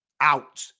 out